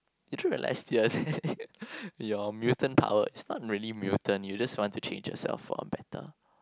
did you realise dear your mutant power is not really mutant you just want to change yourself for a better